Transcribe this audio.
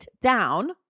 down